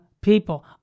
people